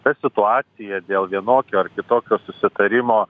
kad situacija dėl vienokio ar kitokio susitarimo